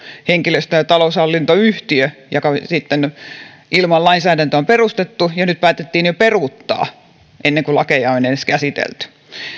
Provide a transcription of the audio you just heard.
henkilöstö ja taloushallintoyhtiö joka ilman lainsäädäntöä on perustettu ja nyt päätettiin jo peruuttaa ennen kuin lakeja on edes käsitelty